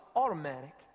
automatic